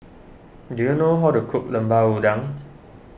do you know how to cook Lemper Udang